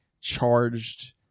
charged